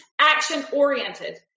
Action-oriented